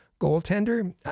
goaltender